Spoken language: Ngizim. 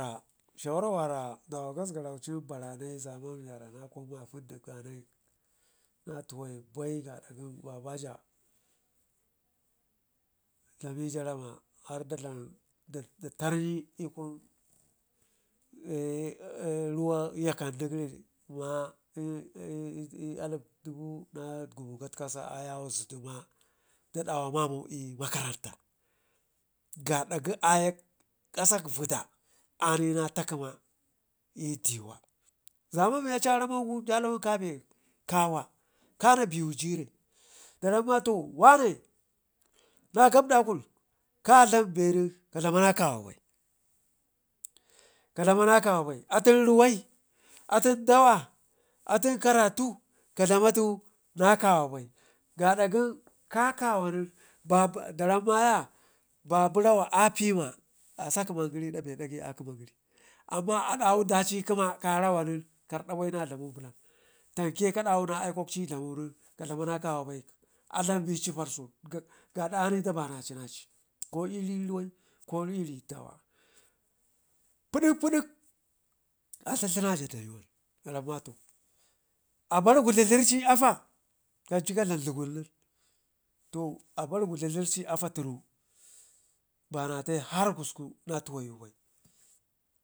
Shewar wera dawa gasgaraucin bara nai zaman miwara nakun mapmdiganai natuwawu bai, gaɗɗa babaja dlamija rama har da dlam dan da teryi l'kun ruwa yakandi gori ma l'alup dubu na gumugatkasa ayawo zuduma da dawa mamau l'maranta, gada gə akak fak vedda anina tak kəma l'diwa zaman mi aci aramogu ja lawan kabe kawa kane bewu jire da ramma to wane na gabdakun ka dlam be nenka dlama na kawa bai ka dlama na kawa bai atu in ruwai atun dawa atun lnkaratu ka dlama tu kawa bai, gaad gən ka kawa nen dram ma ya babu rama apima asagəma gəri l'dak bedagai a kəma geri amma adawe daci l'kəma karawan nen kerdeba i na dlamo bulan tamke ke dawu aukwakci l'daman ka dlama na kawa bai adlan beci pargaada ani da bana tanaci ko l'ri dawa pidik pidik a dladina ja da yuwan daram mato, abar gudludlurci pafa kanci kadlam dlagun nen abar gudludlurci afa tunu banatayu hargusku na tuwayu bai.